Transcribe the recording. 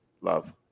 Love